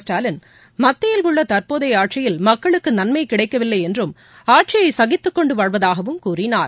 ஸ்டாலின் மத்தியில் உள்ள தற்போதைய ஆட்சியில் மக்களுக்கு நன்மை கிடைக்கவில்லை என்றும் ஆட்சியை சகித்துக்கொண்டு வாழ்வதாகவும் கூறினார்